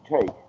take